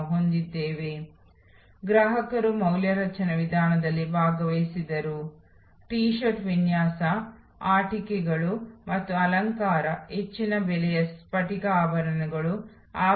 ಆದ್ದರಿಂದ ಸೇವಾ ಪರಿಕಲ್ಪನೆಯು ಒದಗಿಸಿದ ಮೌಲ್ಯದ ಮೇಲೆ ಈ ನಾಲ್ಕು ಭಾಗಗಳ ಕಾರ್ಯಾಚರಣೆಯ ಅನುಭವದ ಫಲಿತಾಂಶವನ್ನು ನೀಡುತ್ತದೆ